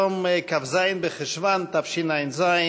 חברי הכנסת, היום כ"ז בחשוון תשע"ז,